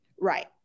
Right